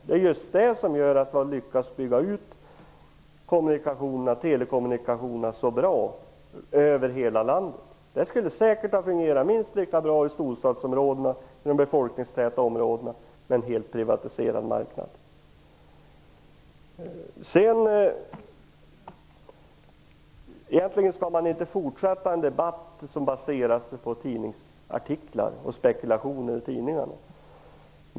Det är just det som har gör att man lyckas bygga ut telekommunikationerna så bra över hela landet. En helt privatiserad marknad skulle däremot säkert ha fungerat minst lika bra i storstadsområdena och andra befolkningstäta områden. Egentligen skall man inte fortsätta en debatt som helt baseras på tidningsartiklar och spekulationer i tidningarna.